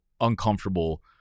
uncomfortable